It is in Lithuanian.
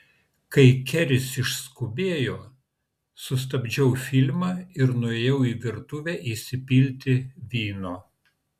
kai keris išskubėjo sustabdžiau filmą ir nuėjau į virtuvę įsipilti vyno